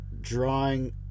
drawing